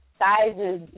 sizes